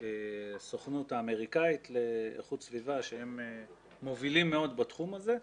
הסוכנות האמריקאית לאיכות סביבה שהם מובילים מאוד בתחום הזה,